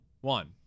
One